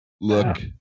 look